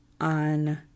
on